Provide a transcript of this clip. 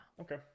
Okay